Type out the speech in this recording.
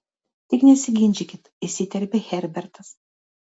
tik nesiginčykit įsiterpė herbertas